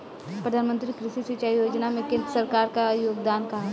प्रधानमंत्री कृषि सिंचाई योजना में केंद्र सरकार क का योगदान ह?